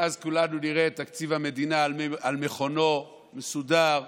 ואז כולנו נראה את תקציב המדינה על מכונו, מסודר,